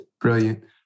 Brilliant